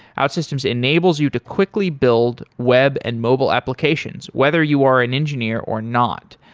outsystems enables you to quickly build web and mobile applications whether you are an engineer or not.